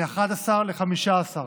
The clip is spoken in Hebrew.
מ-11 ל-15.